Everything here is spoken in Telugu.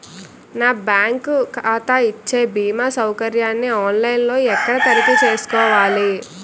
నా బ్యాంకు ఖాతా ఇచ్చే భీమా సౌకర్యాన్ని ఆన్ లైన్ లో ఎక్కడ తనిఖీ చేసుకోవాలి?